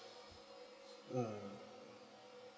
mm